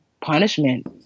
punishment